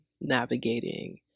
navigating